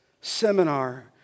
seminar